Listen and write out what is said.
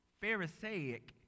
Pharisaic